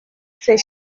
ses